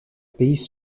pays